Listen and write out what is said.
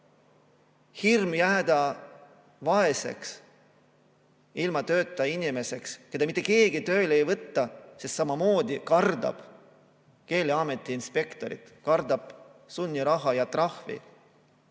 hirm jääda vaeseks, ilma tööta inimeseks, keda mitte keegi tööle ei võta, sest samamoodi kardetakse Keeleameti inspektorit, sunniraha ja trahvi,